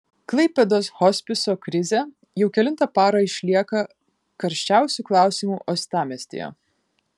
klaipėdos hospiso krizė jau kelintą parą išlieka karščiausiu klausimu uostamiestyje